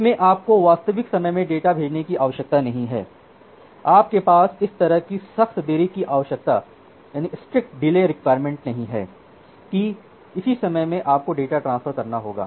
इसमें आपको वास्तविक समय में डेटा भेजने की आवश्यकता नहीं है आपके पास इस तरह की सख्त देरी की आवश्यकता नहीं है कि इसी समय में आपको डेटा ट्रांसफर करना होगा